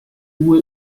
due